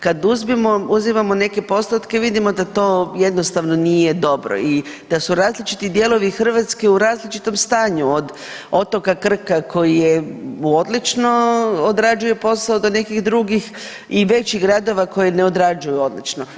Kad uzimamo neke postotke vidimo da to jednostavno nije dobro i da su različiti dijelovi Hrvatske u različitom stanju od otoka Krka koji odlično odrađuje posao, do nekih drugih i većih gradova koji ne odrađuju odlično.